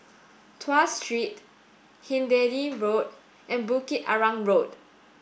Tuas Street Hindhede Road and Bukit Arang Road